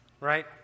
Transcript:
right